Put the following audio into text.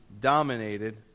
dominated